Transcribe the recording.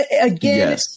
again